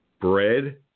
bread